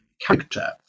character